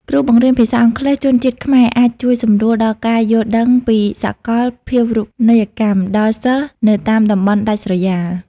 គ្រូបង្រៀនភាសាអង់គ្លេសជនជាតិខ្មែរអាចជួយសម្រួលដល់ការយល់ដឹងពីសកលភាវូបនីយកម្មដល់សិស្សនៅតាមតំបន់ដាច់ស្រយាល។